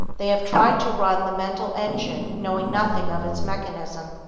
they have tried to run the mental engine knowing nothing of its mechanism.